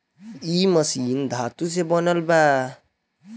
इ मशीन धातु से बनल बा